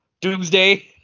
Doomsday